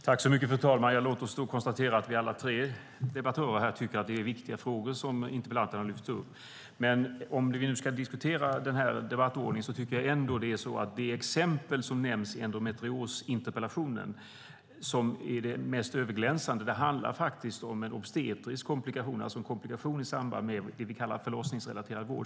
Fru talman! Låt oss konstatera att vi alla tre debattörer här tycker att det är viktiga frågor som interpellanten har lyft upp! Men om vi nu ska diskutera den här debattordningen tycker jag ändå att det exempel som nämns i endometriosinterpellationen, som är det mest överglänsande, faktiskt handlar om en obstetrisk komplikation, alltså en komplikation i samband med det vi kallar förlossningsrelaterad vård.